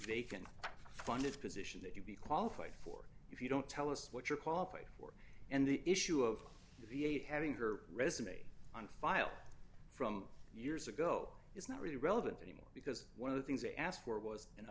vacant funded position that you be qualified for if you don't tell us what you're cooperate for and the issue of the v a having her resume on file from years ago is not really relevant anymore because one of the things they asked for was an